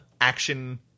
action